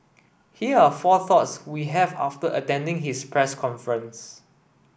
here are four thoughts we have after attending his press conference